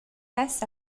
face